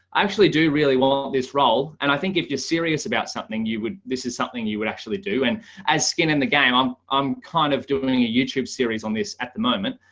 actually do really want this role. and i think if you're serious about something you would, this is something you would actually do. and as skin in the game, um i'm, i'm kind of doing a youtube series on this at the moment,